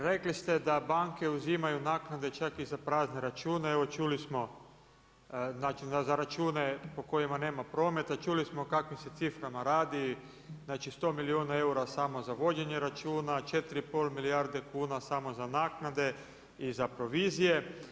Rekli ste da banke uzimaju naknade čak i za prazne račune, evo čuli smo, za račune po kojima nema prometa, čuli smo o kakvim se ciframa radi, znači 100 milijuna eura samo za vođenje računa, 4,5 milijarde kuna samo za naknade i za provizije.